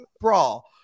brawl